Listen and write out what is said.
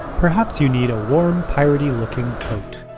perhaps you need a warm pirate-y looking coat.